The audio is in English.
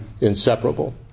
inseparable